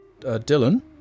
Dylan